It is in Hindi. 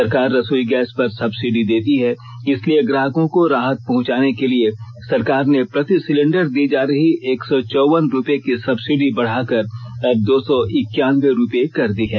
सरकार रसोई गैस पर सब्सिडी देती है इसलिए ग्राहकों को राहत पहुंचाने के लिए सरकार ने प्रति सिलेंडर दी जा रही एक सौ चौवन रुपये की सब्सिडी बढ़ाकर अब दो सौ इकानबे रुपये कर दी है